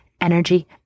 energy